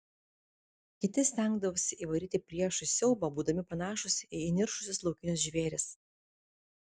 kiti stengdavosi įvaryti priešui siaubą būdami panašūs į įniršusius laukinius žvėris